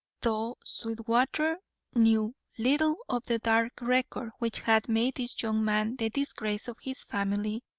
though sweetwater knew little of the dark record which had made this young man the disgrace of his family,